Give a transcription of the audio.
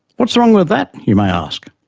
what's wrong with that? you may ask.